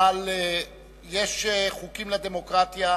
אבל יש חוקים לדמוקרטיה